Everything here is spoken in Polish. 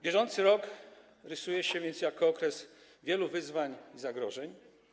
Bieżący rok rysuje się więc jako okres wielu wyzwań i zagrożeń.